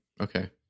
Okay